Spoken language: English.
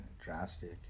drastic